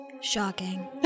shocking